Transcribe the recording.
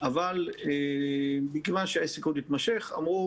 אבל מכיוון שהעסק עוד התמשך אמרו